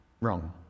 Wrong